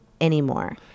anymore